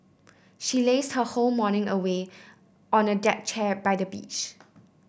she lazed her whole morning away on a deck chair by the beach